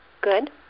Good